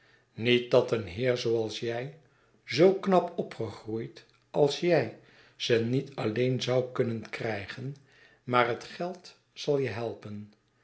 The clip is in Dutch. niet dat een heer zooals jij zoo knap opgegroeid als jij ze niet alleen zou kunnen krijgen maar het geld zal je helpen